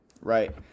Right